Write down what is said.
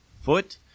foot